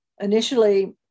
Initially